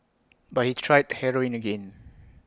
but he tried heroin again